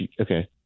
Okay